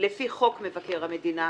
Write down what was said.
לפי חוק מבקר המדינה